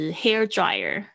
hairdryer